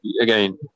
again